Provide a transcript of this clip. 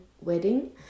Wedding